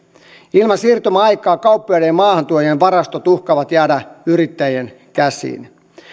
ilman siirtymäaikaa kauppiaiden ja maahantuojien varastot uhkaavat jäädä yrittäjien käsiin